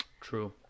True